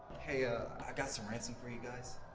hey, ah i got some ransom for you guys.